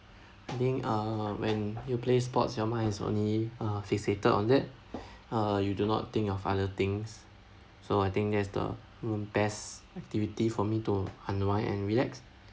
I think uh when you play sports your mind is only uh fixated on that uh you do not think of other things so I think that is the best activity for me to unwind and relax